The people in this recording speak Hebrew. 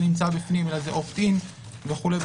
נמצא בפנים אלא זה "אופט-אין" וכולי,